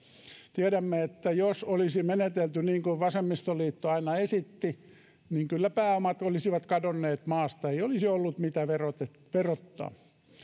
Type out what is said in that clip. tiedämme että jos olisi menetelty niin kuin vasemmistoliitto aina esitti kyllä pääomat olisivat kadonneet maasta ei olisi ollut mitä verottaa verottaa